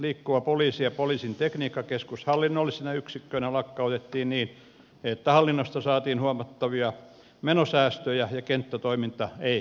liikkuva poliisi ja poliisin tekniikkakeskus hallinnollisina yksikköinä lakkautettiin niin että hallinnosta saatiin huomattavia menosäästöjä ja kenttätoiminta ei kärsinyt